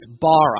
bara